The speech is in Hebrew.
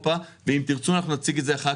מה שיקרה זה שנתח השוק של הטורקי יגדל,